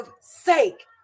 sake